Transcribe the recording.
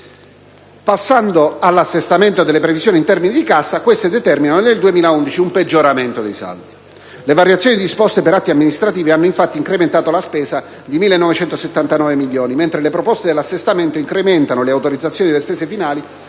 Passando all'assestamento delle previsioni in termini di cassa, queste determinano nel 2011 un peggioramento dei saldi. Le variazioni disposte per atti amministrativi hanno infatti incrementato la spesa di 1.979 milioni, mentre le proposte dell'assestamento incrementano le autorizzazioni delle spese finali